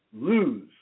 lose